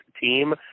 team